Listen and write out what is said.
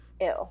Ew